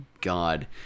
god